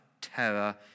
terror